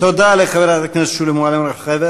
תודה לחברת הכנסת שולי מועלם-רפאלי.